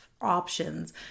options